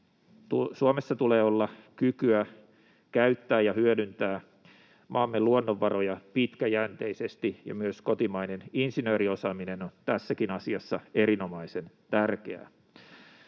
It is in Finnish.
Suomessa tulee olla kykyä käyttää ja hyödyntää maamme luonnonvaroja pitkäjänteisesti, ja myös kotimainen insinööriosaaminen on tässäkin asiassa erinomaisen tärkeää.